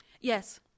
Yes